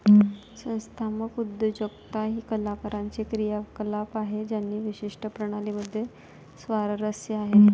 संस्थात्मक उद्योजकता ही कलाकारांची क्रियाकलाप आहे ज्यांना विशिष्ट प्रणाली मध्ये स्वारस्य आहे